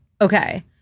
Okay